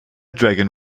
dragon